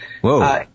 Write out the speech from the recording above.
Whoa